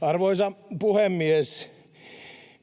Arvoisa puhemies!